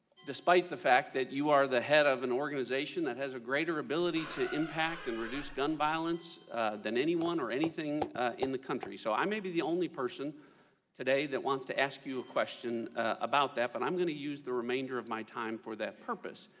despite the fact that you are the head of an organization that has a greater ability to impact and reduce gun violence than anyone or anything in the country. so i may be the only person today that want to ask you a question about that. but i'm going to use the remainder of my time for that purpose.